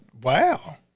wow